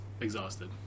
exhausted